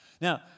Now